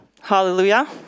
Hallelujah